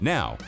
Now